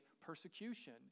persecution